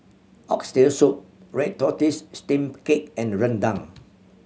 Oxtail Soup red tortoise steamed cake and rendang